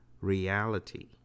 reality